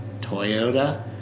Toyota